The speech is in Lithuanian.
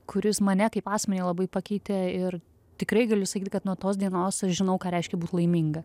kuris mane kaip asmenį labai pakeitė ir tikrai galiu sakyt kad nuo tos dienos aš žinau ką reiškia būt laiminga